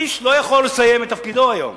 איש לא יכול לסיים את תפקידו היום,